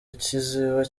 kiziba